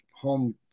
home